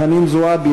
חנין זועבי,